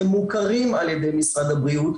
שמוכרים על ידי משרד הבריאות,